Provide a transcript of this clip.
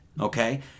Okay